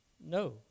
No